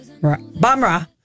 Bamra